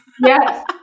Yes